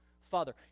Father